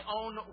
own